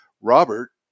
Robert